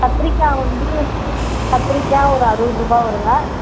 கத்திரிக்காய் வந்து கத்திரிக்காய் ஒரு அறுபது ருபாய் வருங்க